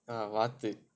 uh வாத்து:vaathu